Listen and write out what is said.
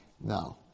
No